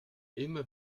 immer